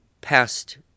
past